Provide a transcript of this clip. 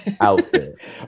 outfit